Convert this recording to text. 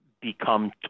become